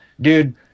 Dude